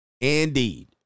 Indeed